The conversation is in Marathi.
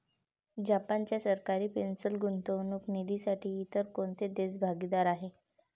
जपानच्या सरकारी पेन्शन गुंतवणूक निधीसाठी इतर कोणते देश भागीदार आहेत?